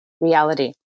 reality